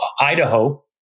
Idaho